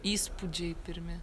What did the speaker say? įspūdžiai pirmi